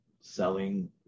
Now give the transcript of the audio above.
Selling